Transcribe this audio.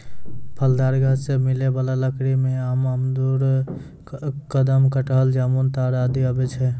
फलदार गाछ सें मिलै वाला लकड़ी में आम, अमरूद, कदम, कटहल, जामुन, ताड़ आदि आवै छै